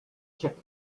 check